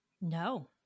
no